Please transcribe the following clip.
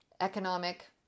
economic